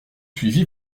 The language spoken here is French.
suivi